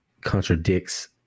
contradicts